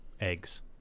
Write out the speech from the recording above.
eggs